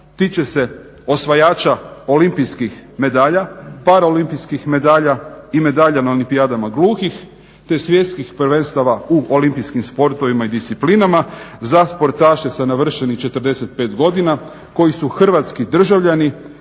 tiče se osvajača olimpijskih medalja, paraolimpijskih medalja i medaljama na olimpijadama gluhih, te svjetskih prvenstava u olimpijskim sportovima i disciplinama za sportaše sa navršenih 45 godina koji su hrvatski državljani,